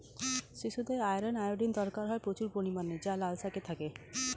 শিশুদের iron, iodine দরকার হয় প্রচুর পরিমাণে যা লাল শাকে থাকে